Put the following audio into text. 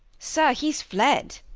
sir, he's fled.